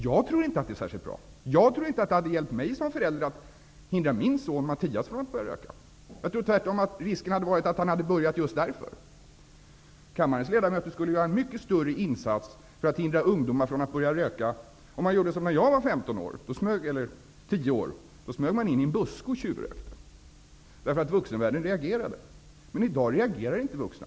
Jag tror inte att det hade hjälpt mig som förälder att hindra min son Mattias från att börja röka. Jag tror tvärtom att risken hade varit att han hade börjat röka just på grund av den. Kammarens ledamöter skulle göra en mycket större insats för att hindra ungdomar från att börja röka, om de inte föreskrev en sådan gräns. När jag var tio år gammal smög man sig in i en buske och tjuvrökte, eftersom vuxenvärlden reagerade mot det. Men i dag reagerar inte de vuxna.